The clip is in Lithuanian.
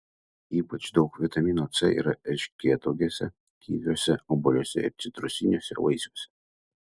ypač daug vitamino c yra erškėtuogėse kiviuose obuoliuose ir citrusiniuose vaisiuose